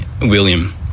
William